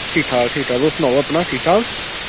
ठीक ठाक ठीक ठाक तुस सनाओ अपना ठीक ठाक